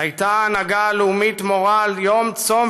הייתה ההנהגה הלאומית מורה על יום צום